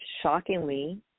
shockingly